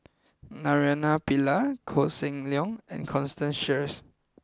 Naraina Pillai Koh Seng Leong and Constance Sheares